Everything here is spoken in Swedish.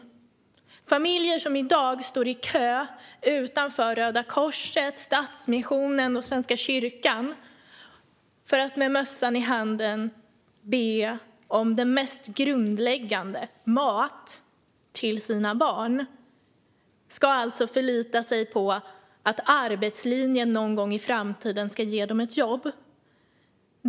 Familjer som i dag står i kö utanför Röda Korset, Stadsmissionen och Svenska kyrkan för att med mössan i handen be om det mest grundläggande, mat till sina barn, ska alltså förlita sig på att arbetslinjen någon gång i framtiden ska ge dem ett jobb.